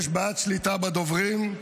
יש בעיית שליטה בדוברים,